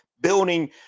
building